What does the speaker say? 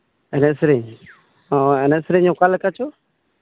ᱮᱱᱮᱡ ᱥᱮᱨᱮᱧ ᱮᱱᱮᱡ ᱥᱮᱨᱮᱧ ᱚᱠᱟ ᱞᱮᱠᱟᱱᱟᱜ ᱪᱚ